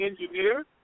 engineer